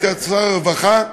היית שר הרווחה,